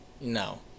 No